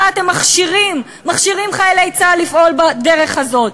שבה אתם מכשירים חיילי צה"ל לפעול בדרך הזאת.